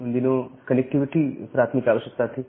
उन दिनों कनेक्टिविटी प्राथमिक आवश्यकता थी